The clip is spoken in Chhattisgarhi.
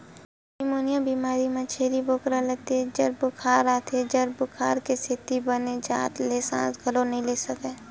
निमोनिया बेमारी म छेरी बोकरा ल तेज जर बुखार आथे, जर बुखार के सेती बने जात ले सांस घलोक नइ ले सकय